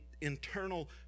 internal